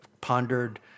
pondered